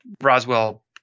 Roswell